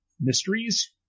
mysteries